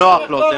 זה נוח לו.